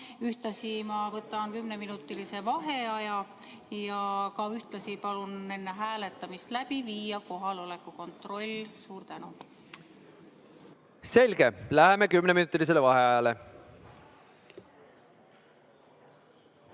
Ühtlasi võtan kümneminutilise vaheaja ja palun enne hääletamist läbi viia kohaloleku kontrolli. Selge. Läheme kümneminutilisele vaheajale.V